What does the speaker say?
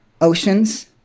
oceans